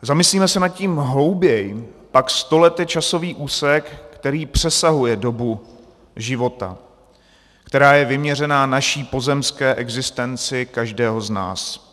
Zamyslímeli se nad tím hlouběji, pak sto let je časový úsek, který přesahuje dobu života, která je vyměřena naší pozemské existenci každého z nás.